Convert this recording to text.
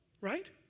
right